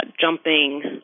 jumping